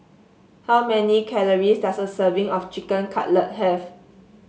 how many calories does a serving of Chicken Cutlet have